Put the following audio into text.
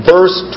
Verse